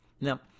Now